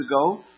ago